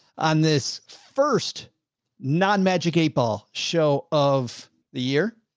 on this first non magic eight ball show of the year.